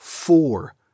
Four